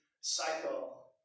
cycle